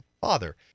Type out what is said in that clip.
father